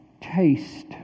taste